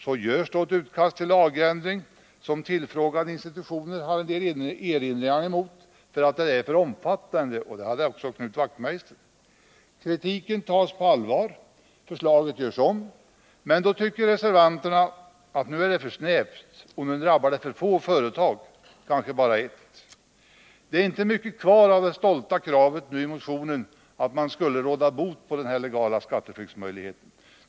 Så görs då ett utkast till lagändring som de tillfrågade i institutionerna har vissa erinringar mot, därför att det är för omfattande. Knut Wachtmeister hade också erinringar. Kritiken tas på allvar och förslaget görs om, men då tycker reservanterna att det är för snävt och drabbar för få företag, kanske bara ett. Det är inte mycket kvar av det stolta kravet i motionen att råda bot på den legala skatteflyktsmöjligheten.